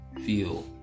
feel